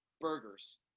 burgers